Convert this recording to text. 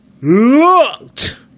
looked